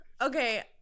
Okay